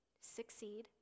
succeed